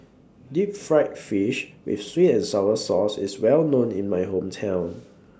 Deep Fried Fish with Sweet and Sour Sauce IS Well known in My Hometown